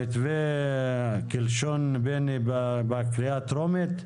במתווה, כלשון בני בקריאה הטרומית?